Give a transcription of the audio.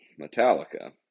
Metallica